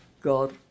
God